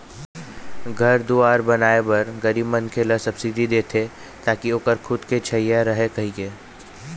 घर दुवार बनाए बर गरीब मनखे ल सब्सिडी देथे ताकि ओखर खुद के छइहाँ रहय कहिके